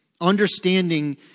Understanding